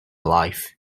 life